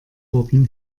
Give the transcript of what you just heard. wurden